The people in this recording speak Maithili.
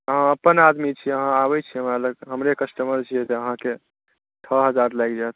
अहाँ अपन आदमी छियै अहाँ आबै छियै हमरा लग हमरे कस्टमर छियै तखन अहाँकेॅं छओ हजार लागि जायत